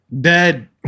Dead